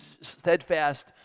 steadfast